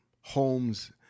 homes